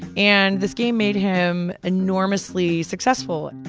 and this game made him enormously successful.